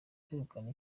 kwegukana